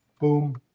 Boom